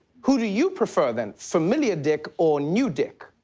who do you prefer then? familiar dick or new dick?